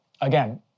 again